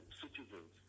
citizens